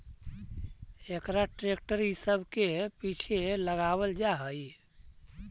एकरा ट्रेक्टर इ सब के पीछे लगावल जा हई